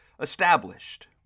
established